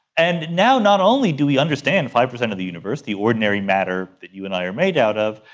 and now not only do we understand five percent of the universe, the ordinary matter that you and i are made out of,